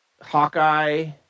Hawkeye